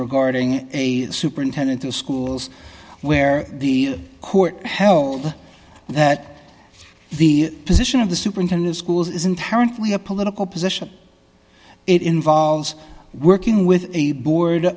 regarding a superintendent of schools where the court held that the position of the superintendent schools is inherently a political position it involves working with a board